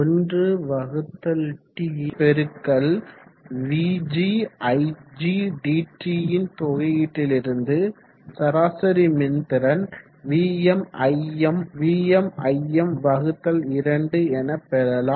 1t பெருக்கல் vgigdt ன் தொகையீட்டுலிருந்து சராசரி மின்திறன் VmIm2 என பெறலாம்